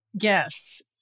Yes